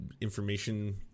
information